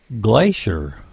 Glacier